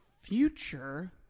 future